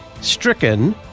stricken